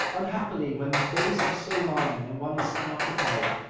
unfortunately, when the days are so long, and one is unoccupied,